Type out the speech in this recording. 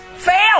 fail